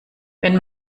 wenn